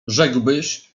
rzekłbyś